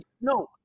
No